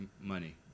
money